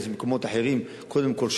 אז מקומות אחרים קודם כול.